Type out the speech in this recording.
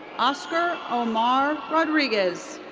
oscar omar rodriguez.